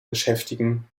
beschäftigen